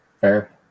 Fair